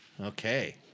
Okay